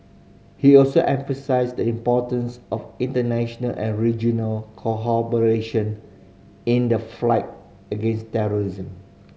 he also emphasised the importance of international and regional in the flight against terrorism